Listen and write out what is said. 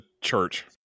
church